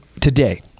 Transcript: today